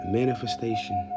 manifestation